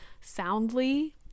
soundly